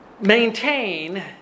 maintain